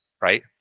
right